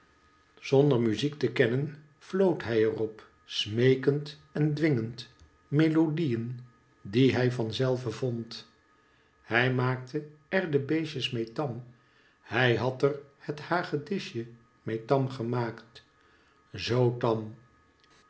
zonder muziek te kennen floot hij er op smeekend en dwingend melodieen die hij van zelve vond hij maakte er de beestjes mee tarn hij had er het hagedisje mee tarn gemaakt zoo tam